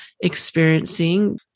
experiencing